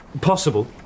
Possible